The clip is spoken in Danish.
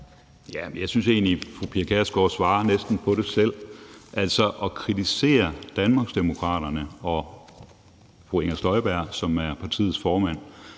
jeg synes egentlig, fru Pia Kjærsgaard næsten selv svarer på det. Når man kritiserer Danmarksdemokraterne og fru Inger Støjberg, som er partiets formand,